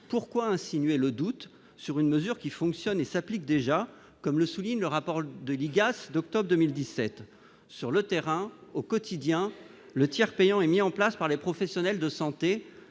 pourquoi insinuer le doute sur une mesure qui fonctionne et s'applique déjà, comme le souligne le rapport de l'IGAS d'octobre 2017 sur le terrain au quotidien le tiers payant et mis en place par les professionnels de santé